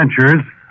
adventures